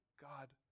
God